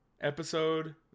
episode